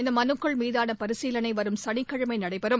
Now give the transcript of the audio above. இந்தமனுக்கள் மீதானபரிசீலினைவரும் சனிக்கிழமைநடைபெறுகிறது